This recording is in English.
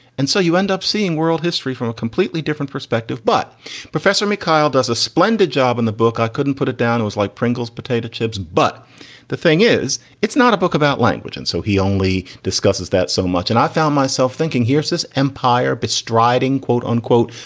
and so you end up seeing world history from a completely different perspective. but professor mikail does a splendid job in the book. i couldn't put it down. it was like pringles potato chips. but the thing is, it's not a book about language. and so he only discusses that so much. and i found myself thinking here, this empire bestriding, quote unquote,